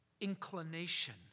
inclination